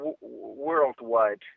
worldwide